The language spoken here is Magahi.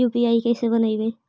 यु.पी.आई कैसे बनइबै?